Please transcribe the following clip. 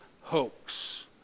hoax